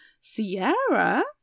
Sierra